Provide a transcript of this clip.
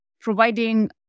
providing